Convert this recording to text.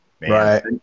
Right